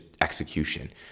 execution